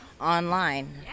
online